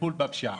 וטיפול בפשיעה.